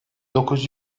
dokuz